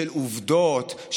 של עובדות,